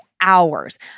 hours